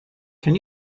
can